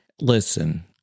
Listen